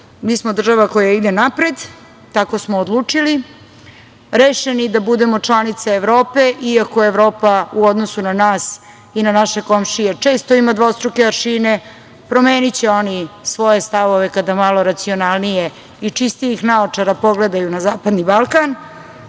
Mi smo država koja ide napred, tako smo odlučili, rešeni da budemo članice Evrope, iako Evropa u odnosu na nas i na naše komšije često ima dvostruke aršine, promeniće oni svoje stavove kada malo racionalnije i čistijih naočara pogledaju na Zapadni Balkan.